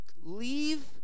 leave